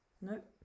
Nope